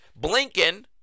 Blinken